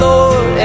Lord